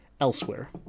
elsewhere